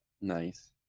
Nice